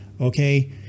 Okay